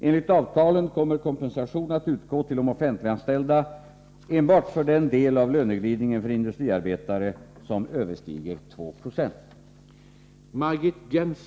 Enligt avtalen kommer kompensation att utgå till de offentliganställda enbart för den del av löneglidningen för industriarbetare som överstiger 2 90.